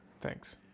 Thanks